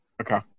Okay